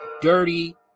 dirty